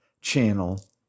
channel